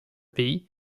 pays